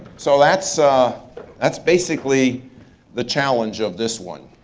so that's that's basically the challenge of this one.